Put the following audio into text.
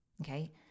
Okay